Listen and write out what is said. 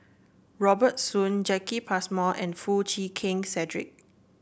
Robert Soon Jacki Passmore and Foo Chee Keng Cedric